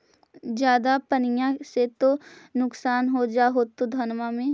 ज्यादा पनिया से तो नुक्सान हो जा होतो धनमा में?